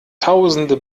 tausende